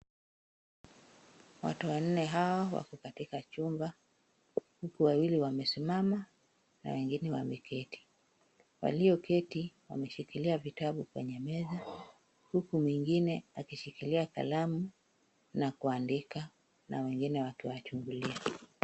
Watu wanne hao wako katika chumba, huku wawili wamesimama na wengine wameketi, walioketi wameshikilia vitabu kwenye meza huku mwingine wakishikilia kalamu na kuandika, na wengine wakiwachungulia.